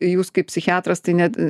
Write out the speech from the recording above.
jūs kaip psichiatras tai net